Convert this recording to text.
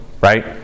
right